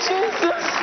Jesus